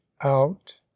out